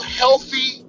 healthy